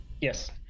Yes